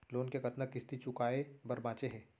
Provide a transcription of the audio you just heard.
Loan के कतना किस्ती चुकाए बर बांचे हे?